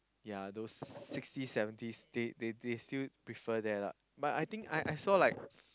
yea those sixty seventies they they they still prefer there lah but I think I I saw like